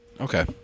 Okay